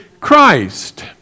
Christ